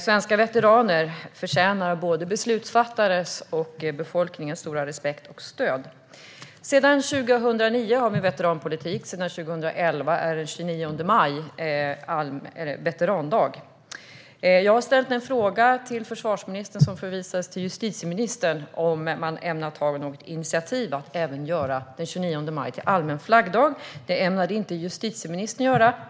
Svenska veteraner förtjänar både beslutsfattarnas och befolkningens stora respekt och stöd. Sedan 2009 har vi en veteranpolitik, och sedan 2011 är den 29 maj veterandag. Jag har ställt en fråga till försvarsministern, som hänvisades till justitieministern, om man ämnar ta något initiativ för att även göra den 29 maj till flaggdag. Det ämnade inte justitieministern göra.